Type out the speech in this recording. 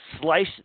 slice